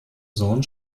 sohn